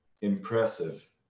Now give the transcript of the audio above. impressive